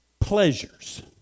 pleasures